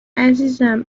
عزیزم